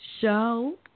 show